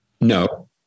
No